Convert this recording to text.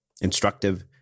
instructive